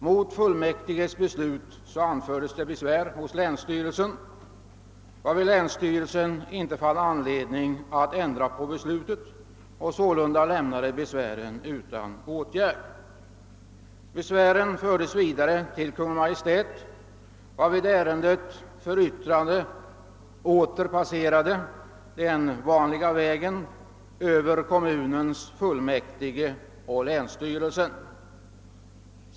Mot detta fullmäktiges beslut anfördes besvär hos länsstyrelsen, som emellertid inte fann anledning ändra på beslutet. Besvären lämnades därför utan åtgärd. Ärendet gick emellertid vidare till Kungl. Maj:t, och handlingarna gick därefter den vanliga vägen tillbaka till kommunens fullmäktige och länsstyrelsen för yttrande.